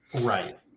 Right